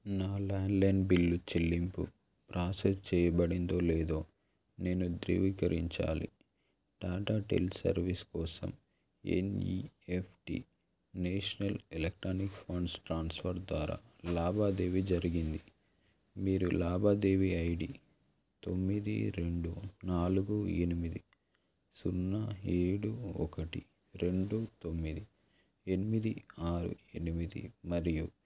నా landline bill చెల్లింపు process చేయబడిందో లేదో నేను ధృవీకరించాలి టాటా టెలి సర్వీసెస్ కోసం NEFT national electronic funds transfer ద్వారా లావాదేవీ జరిగింది మీరు లావాదేవి ఐడి తొమ్మిది రెండు నాలుగు ఎనిమిది సున్నా ఏడు ఒకటి రెండు తొమ్మిది ఎనిమిది ఆరు ఎనిమిది మరియు